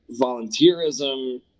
volunteerism